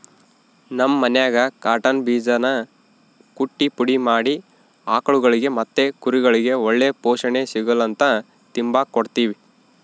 ನಮ್ ಮನ್ಯಾಗ ಕಾಟನ್ ಬೀಜಾನ ಕುಟ್ಟಿ ಪುಡಿ ಮಾಡಿ ಆಕುಳ್ಗುಳಿಗೆ ಮತ್ತೆ ಕುರಿಗುಳ್ಗೆ ಒಳ್ಳೆ ಪೋಷಣೆ ಸಿಗುಲಂತ ತಿಂಬಾಕ್ ಕೊಡ್ತೀವಿ